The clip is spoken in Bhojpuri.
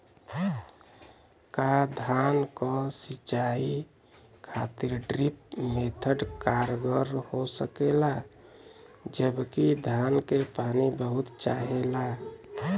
का धान क सिंचाई खातिर ड्रिप मेथड कारगर हो सकेला जबकि धान के पानी बहुत चाहेला?